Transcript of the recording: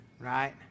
right